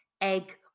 egg